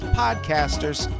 podcasters